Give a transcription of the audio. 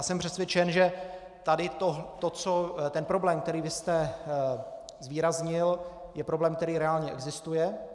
Jsem přesvědčen, že ten problém, který vy jste zvýraznil, je problém, který reálně existuje.